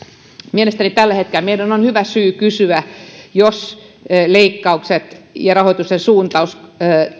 mielestäni tällä hetkellä meillä on hyvä syy kysyä ovatko leikkaukset ja rahoituksen suuntaus